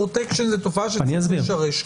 פרוטקשן זו תופעה שצריכים לשרש.